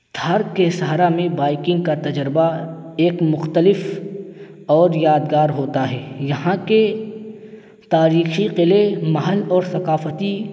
تھار کے سہارا میں بائکنگ کا تجربہ ایک مختلف اور یادگار ہوتا ہے یہاں کے تاریخی قلعے مہان اور ثقافتی